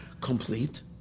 complete